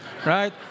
Right